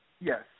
Yes